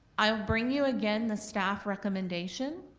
i bring you again the staff recommendation,